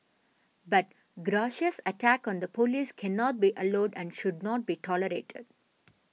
but attack on the police cannot be allowed and should not be tolerated